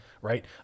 right